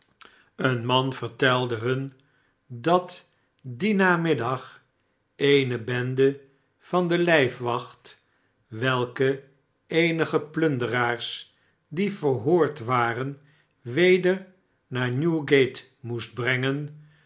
een man vertelde hun dat dien namiddag eene bende van de lijfwacht welke eenige plunderaars die verhoord waren weder naar newgate moest brengen